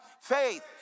faith